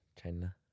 China